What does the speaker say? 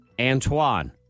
Antoine